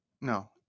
no